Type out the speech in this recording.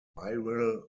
viral